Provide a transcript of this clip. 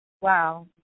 Wow